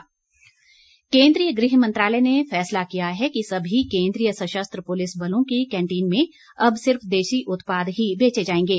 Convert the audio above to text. canteen केन्द्रीय गृह मंत्रालय ने फैसला किया है कि सभी केंद्रीय सशस्त्र पुलिस बलों की कैंटीन में अब सिर्फ देशी उत्पाद ही बेचे जाएंगे